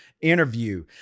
interview